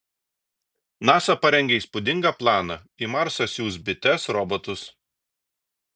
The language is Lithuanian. nasa parengė įspūdingą planą į marsą siųs bites robotus